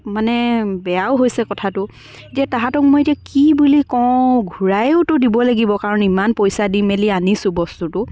মানে বেয়াও হৈছে কথাটো যে তাহাঁতক মই এতিয়া কি কওঁ ঘূৰায়োতো দিব লাগিব কাৰণ ইমান পইচা দি মেলি আনিছোঁ বস্তুটো